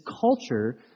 culture